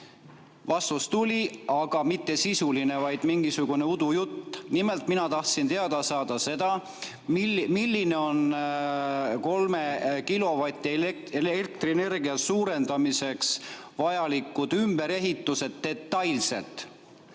Vastus tuli, aga mitte sisuline, vaid mingisugune udujutt. Nimelt, mina tahtsin teada saada seda, millised on kolme kilovati elektrienergia suurendamiseks vajalikud ümberehitused detailselt.